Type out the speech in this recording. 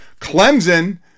Clemson